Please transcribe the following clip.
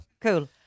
Cool